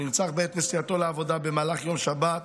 שנרצח בעת נסיעתו לעבודה במהלך יום שבת,